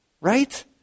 Right